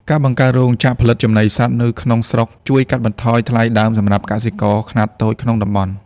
ការបង្កើតរោងចក្រផលិតចំណីសត្វនៅក្នុងស្រុក ជួយកាត់បន្ថយថ្លៃដើមសម្រាប់កសិករខ្នាតតូចក្នុងតំបន់។